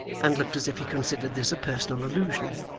and looked as if he considered this a personal allusion